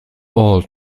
all